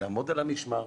לעמוד על המשמר,